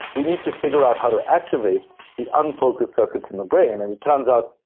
we need to figure out how to activate the unfocused circuits in the brain, and it turns out,